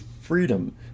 freedom